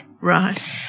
Right